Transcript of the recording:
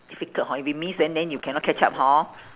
difficult hor if you miss then then you can not catch up hor